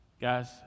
Guys